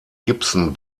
gibson